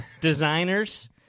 Designers